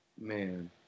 Man